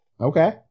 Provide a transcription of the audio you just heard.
Okay